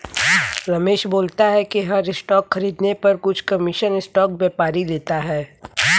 रमेश बोलता है कि हर स्टॉक खरीदने पर कुछ कमीशन स्टॉक व्यापारी लेता है